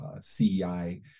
CEI